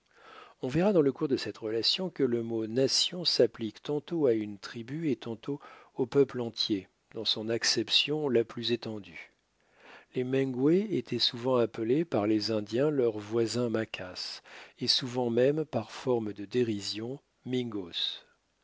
on verra dans le cours de cette relation que le mot nation s'applique tantôt à une tribu et tantôt au peuple entier dans son acception la plus étendue les mengwes étaient souvent appelés par les indiens leurs voisins maquas et souvent même par forme de dérision mingos